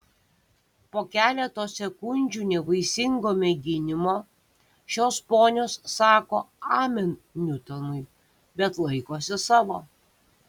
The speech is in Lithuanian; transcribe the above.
po keleto sekundžių nevaisingo mėginimo šios ponios sako amen niutonui bet laikosi savo